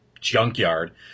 junkyard